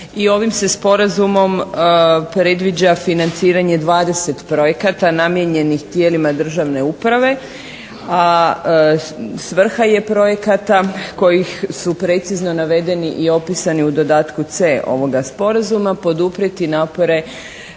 i ovim se sporazumom predviđa financiranje 20 projekata namijenjenih tijelima državne uprave. A svrha je projekata kojih su precizno navedeni i opisani u dodatku C ovoga sporazuma poduprijeti napore